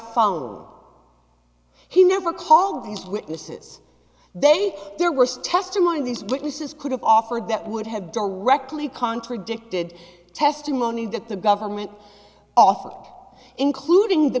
phone he never called these witnesses then there was testimony these witnesses could have offered that would have directly contradicted testimony that the government offered including the